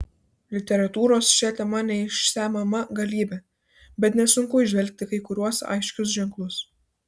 literatūros šia tema neišsemiama galybė bet nesunku įžvelgti kai kuriuos aiškius ženklus